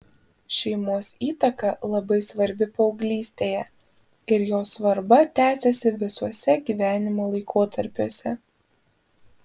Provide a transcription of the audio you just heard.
šeimos įtaka labai svarbi paauglystėje ir jos svarba tęsiasi visuose gyvenimo laikotarpiuose